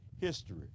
history